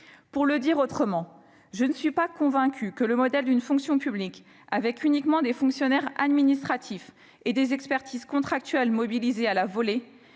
Pour le dire autrement, je ne suis pas convaincue que le modèle d'une fonction publique composée uniquement de fonctionnaires administratifs et d'expertises contractuelles mobilisées à la volée,